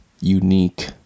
unique